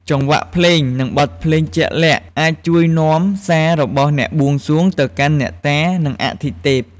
ចង្វាក់ភ្លេង និងបទភ្លេងជាក់លាក់ អាចជួយនាំសាររបស់អ្នកបួងសួងទៅកាន់អ្នកតា និងអាទិទេព។